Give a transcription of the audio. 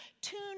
tune